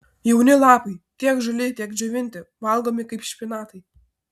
jauni lapai tiek žali tiek džiovinti valgomi kaip špinatai